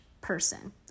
person